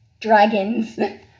Dragons